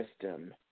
system